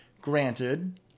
Granted